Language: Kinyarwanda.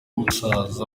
musaza